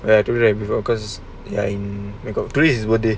where we doing because we've got three